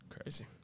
Crazy